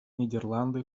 нидерланды